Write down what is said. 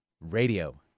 Radio